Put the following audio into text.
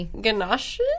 ganache